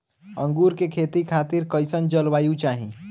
अंगूर के खेती खातिर कइसन जलवायु चाही?